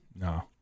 No